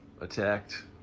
attacked